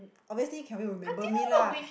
obviously Kelvin will remember me lah